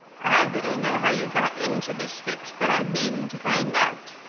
i little know how you got into this fix, but i mean to find out,